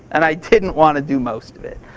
and i didn't want to do most of it.